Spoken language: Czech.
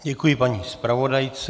Děkuji paní zpravodajce.